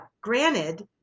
granted